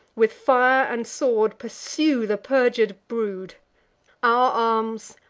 with fire and sword pursue the perjur'd brood our arms,